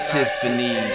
Tiffany